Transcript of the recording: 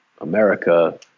America